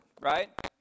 right